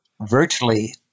virtually